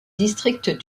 district